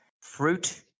fruit